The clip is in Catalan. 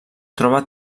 troba